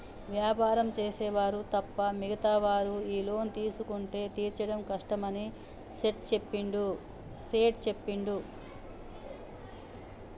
వ్యాపారం చేసే వారు తప్ప మిగతా వారు ఈ లోన్ తీసుకుంటే తీర్చడం కష్టమని సేట్ చెప్పిండు